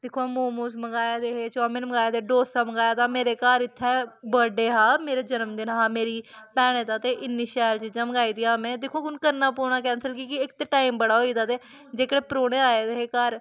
दिक्खो हां मोमोस मंगाए दे हे चामिन मंगाए दे डोसा मंगाए दा मेरे घर इत्थैं वर्थडे हा मेरा जनमदिन हा मेरी भैने दा ते इन्नी शैल चीजां मंगाई दियां हियां में दिक्खो हां हून करना पौना कैंसल कि के इक ते टाइम बड़ा होई गेदा ते जेह्कड़े परौह्ने आए दे हे घर